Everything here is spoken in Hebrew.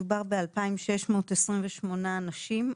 מדובר ב-2,628 אנשים,